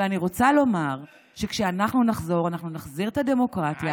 ואני רוצה לומר שכשאנחנו נחזור אנחנו נחזיר את הדמוקרטיה